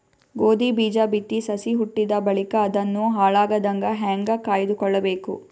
ಗೋಧಿ ಬೀಜ ಬಿತ್ತಿ ಸಸಿ ಹುಟ್ಟಿದ ಬಳಿಕ ಅದನ್ನು ಹಾಳಾಗದಂಗ ಹೇಂಗ ಕಾಯ್ದುಕೊಳಬೇಕು?